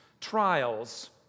trials